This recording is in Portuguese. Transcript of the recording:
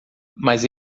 mas